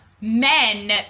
men